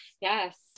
yes